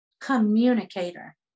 communicator